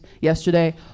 Yesterday